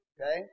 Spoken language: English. Okay